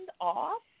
off